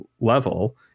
level